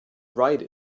write